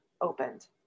opened